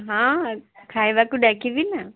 ହଁ ଖାଇବାକୁ ଡାକିବି ନା